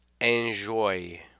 enjoy